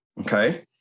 Okay